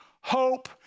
hope